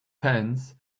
pants